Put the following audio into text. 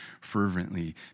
fervently